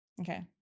okay